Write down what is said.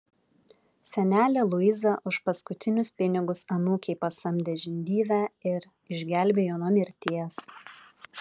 senelė luiza už paskutinius pinigus anūkei pasamdė žindyvę ir išgelbėjo nuo mirties